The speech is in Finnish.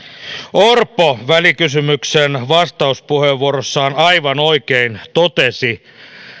orpo välikysymyksen vastauspuheenvuorossaan aivan oikein totesi